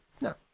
No